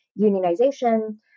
unionization